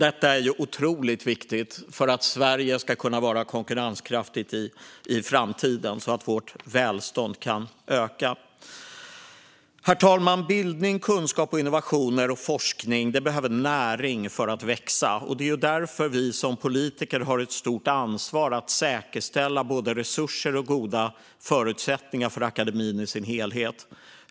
Detta är otroligt viktigt för att Sverige ska vara konkurrenskraftigt i framtiden så att vårt välstånd kan öka. Herr talman! Bildning, kunskap, innovationer och forskning behöver näring för att växa. Det är därför vi som politiker har ett stort ansvar att säkerställa både resurser och goda förutsättningar för akademin i sin helhet.